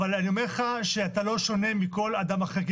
אבל אני אומר לך שאתה לא שונה מכל אדם אחר.